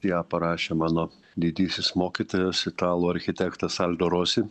ją parašė mano didysis mokytojas italų architektas aldo rosi